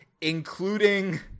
including